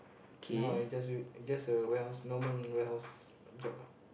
now I just do just a warehouse normal warehouse job ah